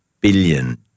billion